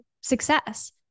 success